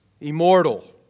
immortal